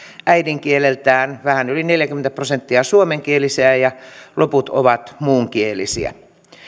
äidinkieleltään vähän yli neljäkymmentä prosenttia suomenkielisiä ja loput ovat muunkielisiä